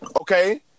Okay